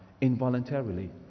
involuntarily